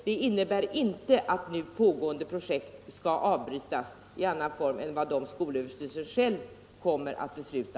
Det innebär inte att nu pågående projekt skall avbrytas i annan form än vad skolöverstyrelsen själv kommer att besluta